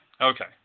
Okay